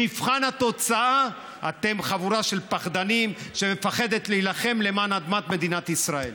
במבחן התוצאה אתם חבורה של פחדנים שמפחדת להילחם למען אדמת מדינת ישראל.